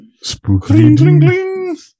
Spooky